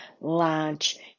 large